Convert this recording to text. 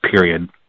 period